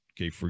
Okay